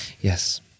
Yes